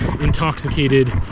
intoxicated